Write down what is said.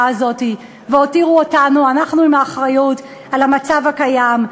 הזאת והותירו אותנו עם האחריות למצב הקיים,